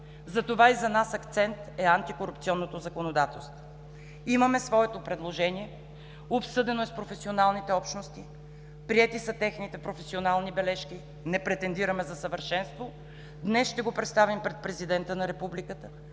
Затова и за нас акцент е антикорупционното законодателство. Имаме своето предложение, обсъдено е с професионалните общности, приети са техните професионални бележки, не претендираме за съвършенство. Днес ще го представим пред президента на Републиката,